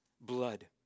blood